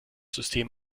system